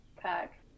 pack